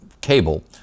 cable